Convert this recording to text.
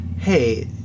hey